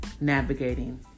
navigating